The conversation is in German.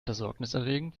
besorgniserregend